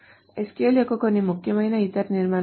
SQL యొక్క కొన్ని ముఖ్యమైన ఇతర నిర్మాణాలు